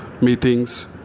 meetings